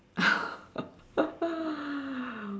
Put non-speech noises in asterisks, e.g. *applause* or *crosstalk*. *laughs*